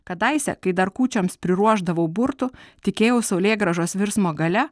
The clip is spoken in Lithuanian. kadaise kai dar kūčioms priruošdavau burtų tikėjau saulėgrąžos virsmo galia